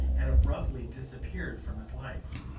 had abruptly disappeared from his life.